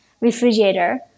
refrigerator